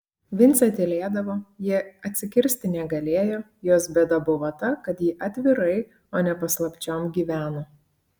vincė tylėdavo ji atsikirsti negalėjo jos bėda buvo ta kad ji atvirai o ne paslapčiom gyveno